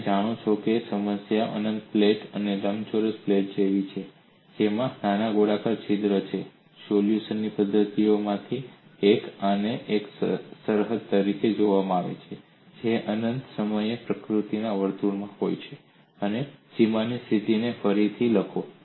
તમે જાણો છો કે સમસ્યા એક અનંત પ્લેટ લંબચોરસ પ્લેટ જેવી છે જેમાં નાના ગોળાકાર છિદ્ર છે સોલ્યુશનની પદ્ધતિઓમાંની એક આને એક સરહદ તરીકે જોવામાં આવે છે જે અનંત સમયે પ્રકૃતિના વર્તુળમાં હોય છે અને સીમાની સ્થિતિને ફરીથી લખો